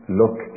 look